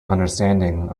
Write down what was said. understanding